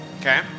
Okay